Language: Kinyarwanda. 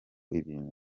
ibintu